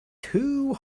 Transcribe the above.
too